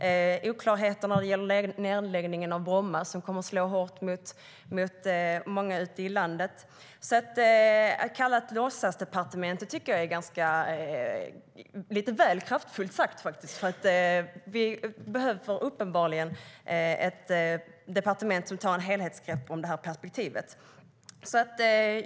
Det är oklarheter när det gäller nedläggningen av Bromma, vilket kommer att slå hårt emot många ute i landet. Att kalla det för ett låtsasdepartement tycker jag därför är väl kraftfullt sagt, för vi behöver uppenbarligen ett departement som tar ett helhetsgrepp på det här perspektivet.